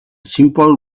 simple